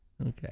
Okay